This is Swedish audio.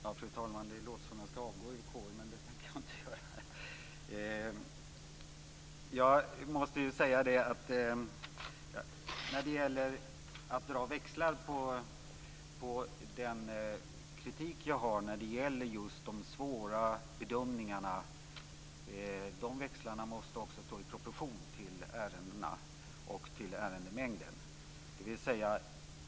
Fru talman! Det låter som att jag ska avgå från KU, men det tänker jag inte göra. När man drar växlar på den kritik jag har när det gäller de svåra bedömningarna måste de växlarna stå i proportion till ärendena och ärendemängden.